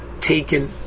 taken